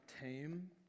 tame